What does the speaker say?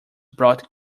brought